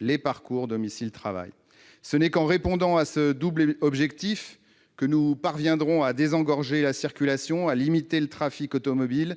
les parcours domicile-travail. Ce n'est qu'en répondant à ce double objectif que nous parviendrons à désengorger la circulation, à limiter le trafic automobile